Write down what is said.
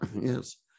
Yes